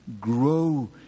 grow